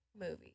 movie